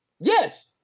Yes